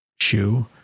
shoe